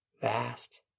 vast